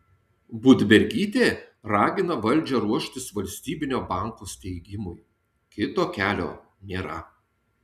budbergytė ragina valdžią ruoštis valstybinio banko steigimui kito kelio nėra